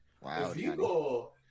Wow